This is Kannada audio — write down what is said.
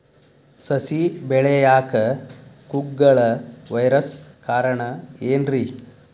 ಸಸಿ ಬೆಳೆಯಾಕ ಕುಗ್ಗಳ ವೈರಸ್ ಕಾರಣ ಏನ್ರಿ?